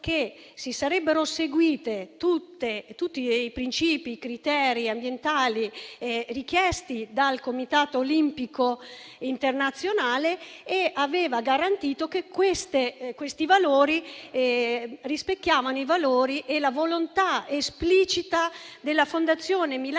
che si sarebbero seguiti tutti i principi e i criteri ambientali richiesti dal Comitato olimpico internazionale e garantì che avrebbero rispecchiato i valori e la volontà esplicita della Fondazione